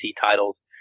titles